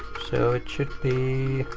so it should be.